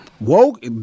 Woke